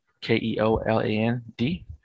K-E-O-L-A-N-D